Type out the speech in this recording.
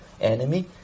enemy